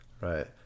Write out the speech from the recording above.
Right